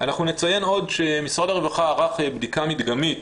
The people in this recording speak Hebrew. אנחנו נציין עוד שמשרד הרווחה ערך בדיקה מדגמית,